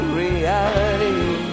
reality